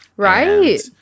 Right